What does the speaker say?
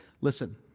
Listen